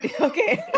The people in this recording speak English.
Okay